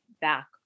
back